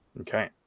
okay